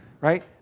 Right